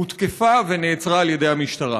הותקפה ונעצרה על ידי המשטרה.